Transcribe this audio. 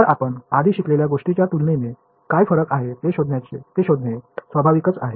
तर आपण आधीच शिकलेल्या गोष्टीच्या तुलनेत काय फरक आहेत हे शोधणे स्वाभाविकच आहे